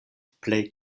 plej